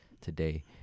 today